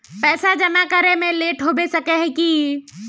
पैसा जमा करे में लेट होबे सके है की?